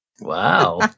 Wow